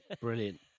Brilliant